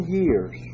years